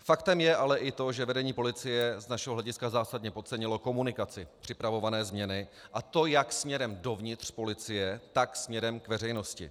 Faktem je ale i to, že vedení policie z našeho hlediska zásadně podcenilo komunikaci připravované změny, a to jak směrem dovnitř policie, tak směrem k veřejnosti.